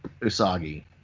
Usagi